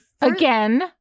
Again